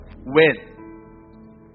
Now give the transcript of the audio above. win